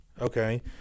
Okay